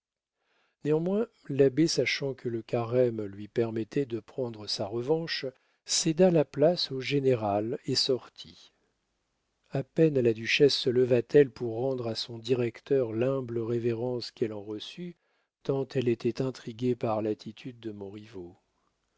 néanmoins l'abbé sachant que le carême lui permettait de prendre sa revanche céda la place au général et sortit a peine la duchesse se leva t elle pour rendre à son directeur l'humble révérence qu'elle en reçut tant elle était intriguée par l'attitude de montriveau qu'avez-vous mon ami